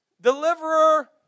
Deliverer